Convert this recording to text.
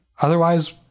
otherwise